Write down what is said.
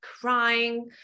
crying